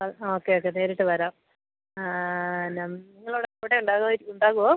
അത് ആ okay okay നേരിട്ട് വരാം ആ നിങ്ങൾ അവിടെ ഉണ്ടാകുമായിരിക്കുമോ ഉണ്ടാകുമോ